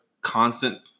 constant